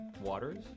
waters